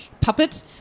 puppet